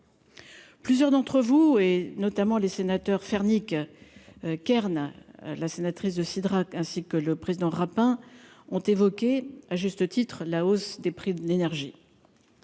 Plusieurs d'entre vous, et notamment les sénateurs Fernique Kern, la sénatrice de Cidrac ainsi que le président Rapin ont évoqué à juste titre, la hausse des prix de l'énergie,